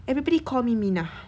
everybody call me minah